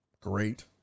great